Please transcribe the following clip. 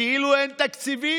כאילו אין תקציבים.